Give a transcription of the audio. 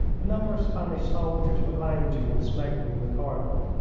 a number of spanish soldiers were lounging and smoking in the corridor,